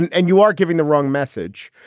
and and you are giving the wrong message.